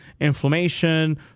inflammation